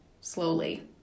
slowly